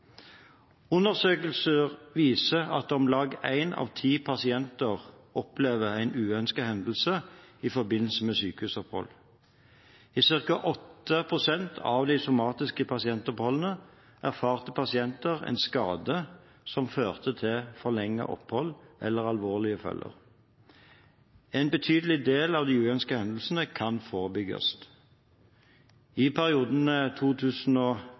Undersøkelser viser at om lag én av ti pasienter opplever en uønsket hendelse i forbindelse med sykehusopphold. I ca. 8 pst. av de somatiske pasientoppholdene erfarte pasienter en skade som førte til forlenget opphold eller alvorlige følger. En betydelig del av de uønskede hendelsene kan forebygges. I perioden